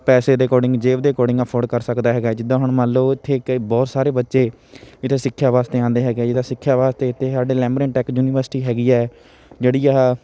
ਪੈਸੇ ਦੇ ਅਕੋਡਿੰਗ ਜੇਬ ਦੇ ਅਕੋਡਿੰਗ ਅਫੋਡ ਕਰ ਸਕਦਾ ਹੈਗਾ ਹੈ ਜਿੱਦਾਂ ਹੁਣ ਮੰਨ ਲਓ ਇੱਥੇ ਇੱਕ ਬਹੁਤ ਸਾਰੇ ਬੱਚੇ ਜਿੱਥੇ ਸਿੱਖਿਆ ਵਾਸਤੇ ਆਉਂਦੇ ਹੈਗੇ ਜਿਹਦਾ ਸਿੱਖਿਆ ਵਾਸਤੇ ਇੱਥੇ ਸਾਡੇ ਲੈਮਰਿਨ ਟੈਕ ਯੂਨੀਵਰਸਿਟੀ ਹੈਗੀ ਹੈ ਜਿਹੜੀ ਆਹ